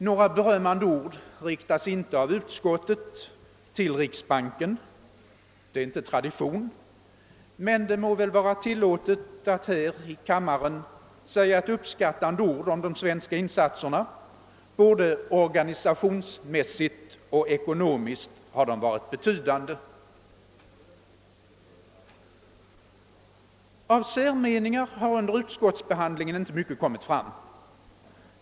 Några berömmande ord riktas inte av utskottet till riksbanken — det är inte tradition — men det må väl vara tillåtet att här i kammaren säga ett uppskattande ord om de svenska insatserna. Både organisationsmässigt och ekonomiskt har de varit betydande. Av särmeningar har under utskottsbehandlingen inte mycket kommit fram.